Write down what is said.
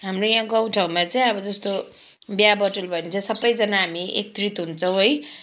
हाम्रो यहाँ गाउँठाउँमा चाहिँ अब जस्तो बिहाबटुल भयो भने चाहिँ सबैजना हामी एकत्रित हुन्छौँ है